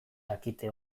dakite